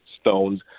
stones